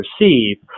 receive